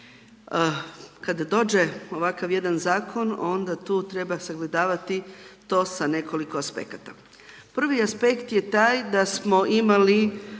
Kada dođe ovakav jedan zakon, onda tu treba sagledavati to sa nekoliko aspekata. Prvi aspekt je taj da smo imali,